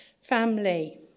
family